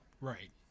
right